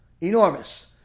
enormous